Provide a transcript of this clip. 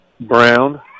Brown